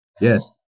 Yes